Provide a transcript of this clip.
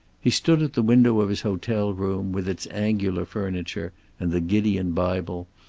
he stood at the window of his hotel room, with its angular furniture and the gideon bible,